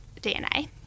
DNA